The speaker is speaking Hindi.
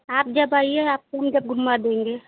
आप जब आइए आपको जब हम घूमा देंगे